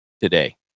today